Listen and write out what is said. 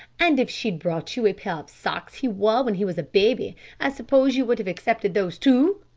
and if she'd brought you a pair of socks he wore when he was a baby i suppose you would have accepted those too.